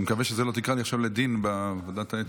אני מקווה שלא תקרא לי עכשיו לדיון בוועדת האתיקה.